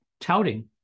touting